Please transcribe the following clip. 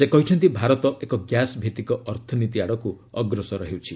ସେ କହିଛନ୍ତି ଭାରତ ଏକ ଗ୍ୟାସ୍ ଭିଭିକ ଅର୍ଥନୀତି ଆଡ଼କୁ ଅଗ୍ରସର ହେଉଛି